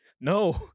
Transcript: no